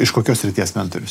iš kokios srities mentorius